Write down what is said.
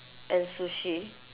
and sushi